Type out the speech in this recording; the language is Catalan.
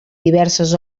diverses